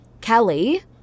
Kelly